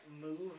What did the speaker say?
move